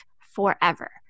forever